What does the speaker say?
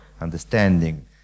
understanding